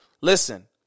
Listen